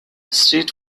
street